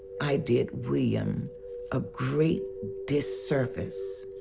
i did william a great disservice